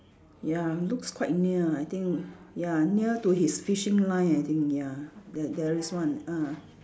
ya looks quite near I think ya near to his fishing line I think ya there there is one ah